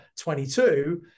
22